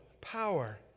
power